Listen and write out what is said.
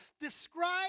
describe